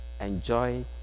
enjoy